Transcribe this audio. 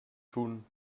tun